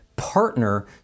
partner